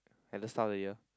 at the start of the year